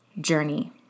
journey